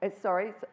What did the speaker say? Sorry